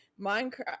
Minecraft